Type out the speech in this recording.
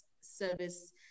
service